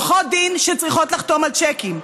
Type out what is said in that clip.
עורכות דין שצריכות לחתום על צ'קים,